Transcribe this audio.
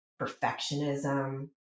perfectionism